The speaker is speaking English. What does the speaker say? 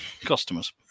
customers